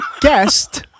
guest